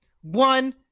One